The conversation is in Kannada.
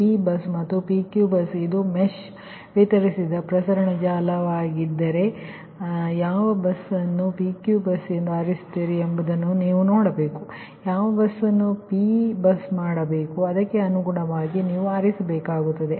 P ಬಸ್ ಮತ್ತು PQV ಬಸ್ ಇದು ಮೆಶ್ ವಿತರಿಸಿದ ಪ್ರಸರಣ ಜಾಲವಾಗಿದ್ದರೆ ನೀವು ಯಾವ ಬಸ್ ಅನ್ನು PQV ಬಸ್ ಎಂದು ಆರಿಸುತ್ತೀರಿ ಎಂಬುದನ್ನು ನೀವು ನೋಡಬೇಕು ಆದರೆ ಯಾವ ಬಸ್ ಅನ್ನು ನಾವು P ಬಸ್ ಮಾಡಬೇಕು ಅದಕ್ಕೆ ಅನುಗುಣವಾಗಿ ನೀವು ಸರಿಯಾಗಿ ಆರಿಸಬೇಕಾಗುತ್ತದೆ